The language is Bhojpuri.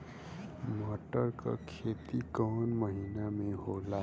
मटर क खेती कवन महिना मे होला?